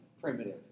primitive